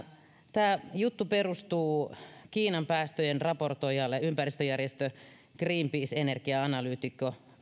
tämä juttu perustuu kiinan päästöjen raportoijan ympäristöjärjestö greenpeacen energia analyytikon